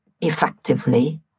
effectively